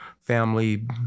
family